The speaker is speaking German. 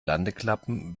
landeklappen